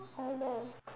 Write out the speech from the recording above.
almost